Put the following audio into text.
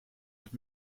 dit